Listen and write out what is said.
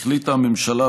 החליטה הממשלה,